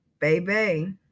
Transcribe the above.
baby